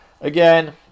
Again